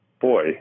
Boy